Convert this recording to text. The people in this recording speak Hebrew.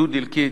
דו-דלקית,